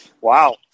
Wow